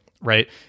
right